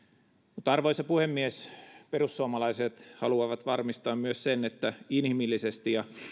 mutta arvoisa puhemies perussuomalaiset haluavat varmistaa myös sen että inhimillisesti ja